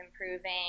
improving